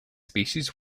species